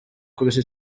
kurusha